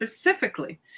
specifically